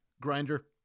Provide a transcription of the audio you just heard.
Grinder